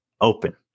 open